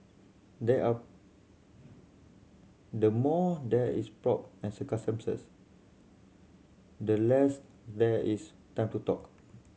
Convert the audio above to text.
there are the more there is pomp and circumstance the less there is time to talk